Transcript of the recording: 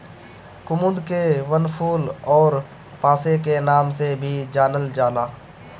कुमुद के वनफूल अउरी पांसे के नाम से भी जानल जाला